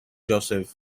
joseph